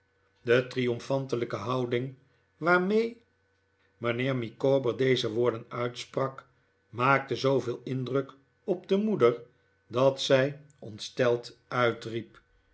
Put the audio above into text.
de triomfantelijke houding waarmee mijnheer micawber deze woorden uitsprak maakte zooveel indruk op de moeder dat zij ontsteld uitriep